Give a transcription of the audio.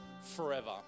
forever